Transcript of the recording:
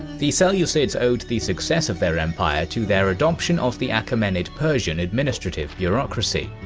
the seleucids owed the success of their empire to their adoption of the achaemenid persian administrative bureaucracy.